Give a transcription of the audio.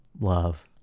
Love